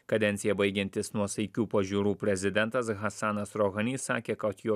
kadenciją baigiantis nuosaikių pažiūrų prezidentas hasanas rohani sakė kad jo